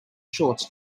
shorts